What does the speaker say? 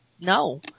no